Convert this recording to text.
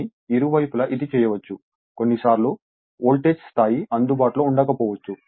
కానీ ఇరువైపులా ఇది చేయవచ్చు కొన్నిసార్లు వోల్టేజ్ స్థాయి అందుబాటులో ఉండకపోవచ్చు